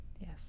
yes